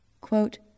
quote